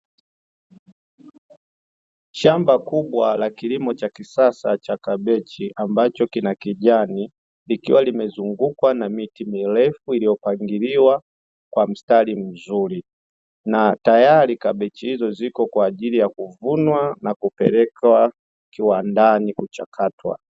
Shamba kubwa la kilimo cha kisasa cha kabeji, ambacho kina kijani ikiwa, limezungukwa na miti mirefu iliyopangiliwa kwa mstari mzuri, na tayari kambichi hizo ziko kwa ajili ya kuvunwa na kupeleka kiwandani kuchakatwa.